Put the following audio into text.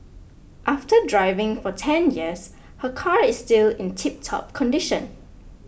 after driving for ten years her car is still in tiptop condition